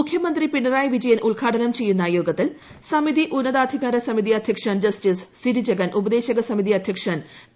മുഖ്യമന്ത്രി പിണറായി വിജയൻ ഉദ്ഘാട്ടുന് ചെയ്യുന്ന യോഗത്തിൽ സമിതി ഉന്നതാധികാര സമിതി അധ്യക്ഷ്ടൻ ിജസ്റ്റിസ് സിരിജഗൻ ഉപദേശക സമിതി അധ്യക്ഷൻ ടി